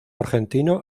argentino